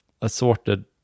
assorted